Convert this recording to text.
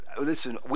listen